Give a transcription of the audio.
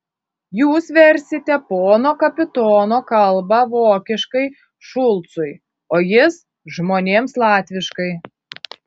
jūs versite pono kapitono kalbą vokiškai šulcui o jis žmonėms latviškai